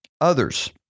others